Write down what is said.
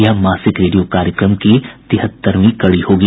यह मासिक रेडियो कार्यक्रम की तिहत्तरवीं कड़ी होगी